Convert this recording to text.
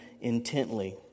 intently